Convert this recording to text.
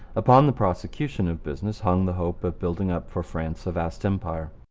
upon the prosecution of business hung the hope of building up for france a vast empire.